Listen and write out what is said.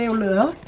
little